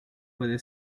puede